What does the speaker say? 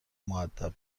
مودب